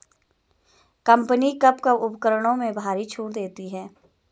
Company कब कब उपकरणों में भारी छूट देती हैं?